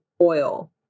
oil